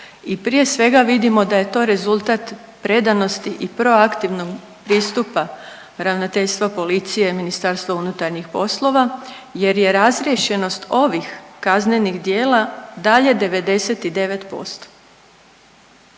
i prije svega vidimo da je to rezultat predanosti i proaktivnog pristupa Ravnateljstva policije i MUP-a jer je razriješenost ovih kaznenih djela dalje 99%.